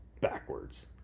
backwards